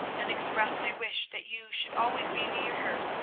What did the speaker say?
and expressed a wish that you should always be near her,